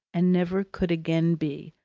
and never could again be,